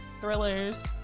thrillers